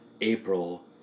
April